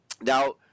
Now